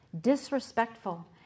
disrespectful